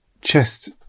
chest